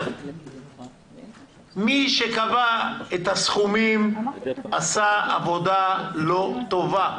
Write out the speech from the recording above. מי שקבע את הסכומים, עשה עבודה לא טובה.